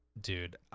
Dude